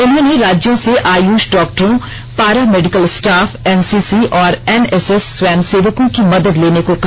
उन्होंने राज्यों से आयुष डॉक्टरों पारा मेडिकल स्टाफ एनसीसी और एनएसएस स्वयंसेवकों की मदद लेने को कहा